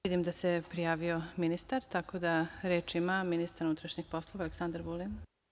Vidim da se prijavio ministar, tako da reč ima ministar unutrašnjih poslova Aleksandar Vulin.